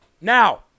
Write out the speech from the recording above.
Now